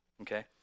Okay